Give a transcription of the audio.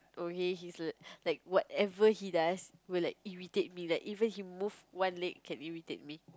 okay he's like whatever he does will like irritate me like even he move one leg can irritate me